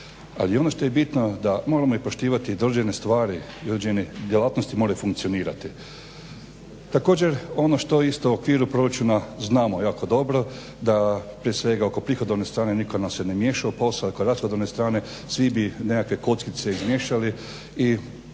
Ali ono što je bitno da moramo i poštivati određene stvari i određene djelatnosti moraju funkcionirati. Također, ono što isto u okviru proračuna znamo jako dobro da prije svega oko prihodovne strane nitko nam se ne miješa u posao, a oko rashodovne strane svi bi nekakve kockice izmiješali i